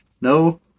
no